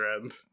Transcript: end